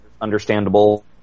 understandable